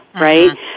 right